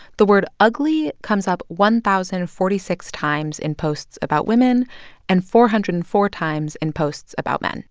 the word ugly comes up one thousand and forty six times in posts about women and four hundred and four times in posts about men